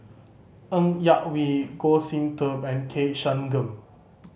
Ng Yak Whee Goh Sin Tub and K Shanmugam